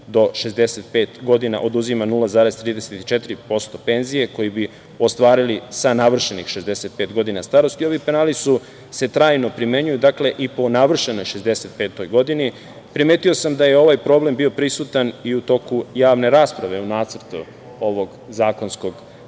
do 65 godina, oduzima 0,34% penzije koju bi ostvarili sa navršenih 65 godina starosti. Ovi penali se trajno primenjuju i po navršenoj 65 godini. Primetio sam da je ovaj problem bio prisutan i u toku javne rasprave u nacrtu ovog zakonskog